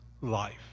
life